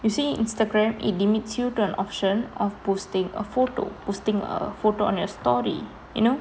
you see instagram it limits you to an option of posting a photo posting a photo on your story you know